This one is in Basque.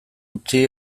utzi